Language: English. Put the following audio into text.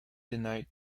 denied